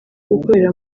gukorera